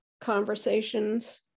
conversations